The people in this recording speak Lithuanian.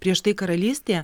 prieš tai karalystė